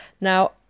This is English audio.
now